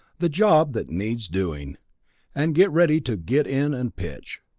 the job that needs doing and get ready to get in and pitch.